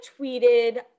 tweeted